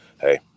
hey